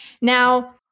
Now